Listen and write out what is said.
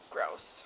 gross